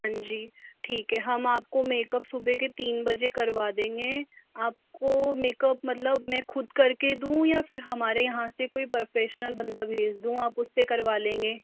हाँ जी ठीक है हम आपको मेकअप सुबह के तीन बजे करवा देंगे आपको मेकअप मतलब मैं खुद करके दूँ या फिर हमारे यहाँ से कोई प्रोफेशनल बंदा भेज दूँ आप उससे करवा लेंगे